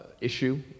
issue